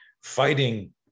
fighting